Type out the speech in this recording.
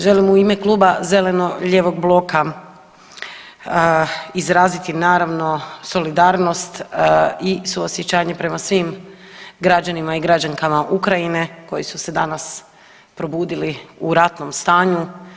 Želim u ime Kluba zeleno-lijevog bloka izraziti naravno solidarnost u suosjećanje prema svim građanima i građankama Ukrajine koji su se danas probudili u ratnom stanju.